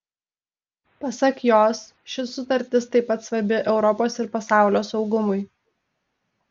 pasak jos ši sutartis taip pat svarbi europos ir pasaulio saugumui